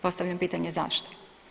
Postavljam pitanje zašto.